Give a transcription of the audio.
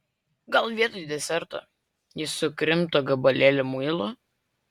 gal vietoj deserto jis sukrimto gabalėlį muilo